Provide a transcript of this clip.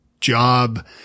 job